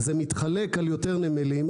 אז זה מתחלק על יותר נמלים,